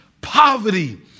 poverty